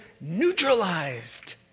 neutralized